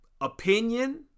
opinion